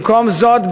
במקום זאת,